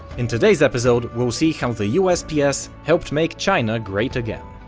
in today's episode, we'll see how the usps helped make china great again.